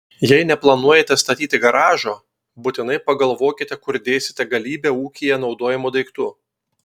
jei neplanuojate statyti garažo būtinai pagalvokite kur dėsite galybę ūkyje naudojamų daiktų